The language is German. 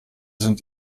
sind